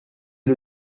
est